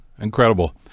Incredible